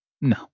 No